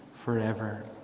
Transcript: forever